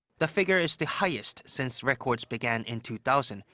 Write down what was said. the figure is the highest since records began in two thousand.